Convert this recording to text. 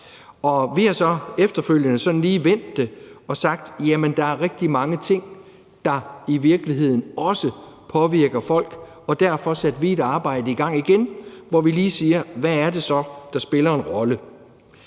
vi har så efterfølgende sådan lige vendt det og sagt, at der er rigtig mange ting, der i virkeligheden også påvirker folk, og derfor satte vi et arbejde i gang igen, hvor vi lige siger, hvad det så er, der spiller en rolle.